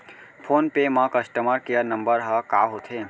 Phone पे म customer care number ह का होथे?